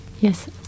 yes